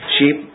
Sheep